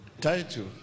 title